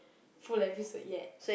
full episode yet